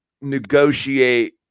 negotiate